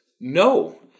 no